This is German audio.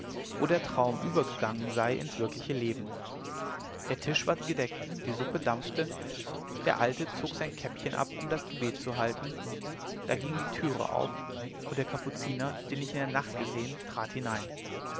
wo der traum übergegangen sei ins wirkliche leben der tisch war gedeckt die suppe dampfte der alte zog sein käppchen ab um das gebet zu halten da ging die türe auf und der kapuziner den ich in der nacht gesehen trat hinein